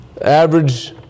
Average